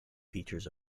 features